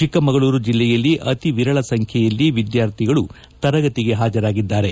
ಚಿಕ್ಕಮಗಳೂರು ಜಿಲ್ಲೆಯಲ್ಲಿ ಅತಿ ವಿರಳ ಸಂಬ್ಯೆಯಲ್ಲಿ ವಿದ್ಯಾರ್ಥಿಗಳ ತರಗತಿಗೆ ಹಾಜರಾಗಿದ್ದಾರೆ